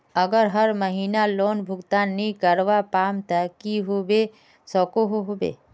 अगर हर महीना लोन भुगतान नी करवा पाम ते की होबे सकोहो होबे?